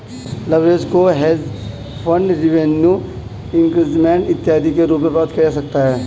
leverage को hedge fund revenue increment इत्यादि के रूप में प्राप्त किया जा सकता है